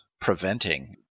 preventing